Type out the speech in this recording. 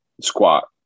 squat